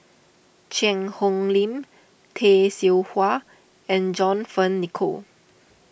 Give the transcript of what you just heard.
Cheang Hong Lim Tay Seow Huah and John Fearns Nicoll